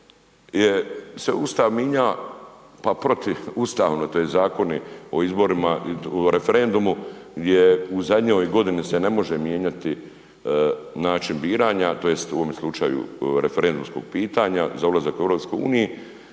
se Ustav mijenjao pa protiv ustavno tj. zakoni o izborima i o referendumu gdje u zadnjoj godini se ne može mijenjati način biranja tj. u ovom slučaju referendumskog pitanja za ulazak u EU pa nije